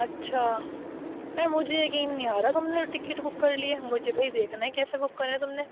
اچھا ا مجھے یہ کہ ای آ رہا تم نے ٹکٹ بک کر لی ہے مجھے بھئی دیکھنا ہے کیسے بک کر رہے ہیں تم نے